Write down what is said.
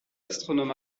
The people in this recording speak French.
astronome